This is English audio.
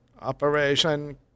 Operation